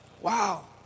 Wow